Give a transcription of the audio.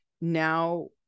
now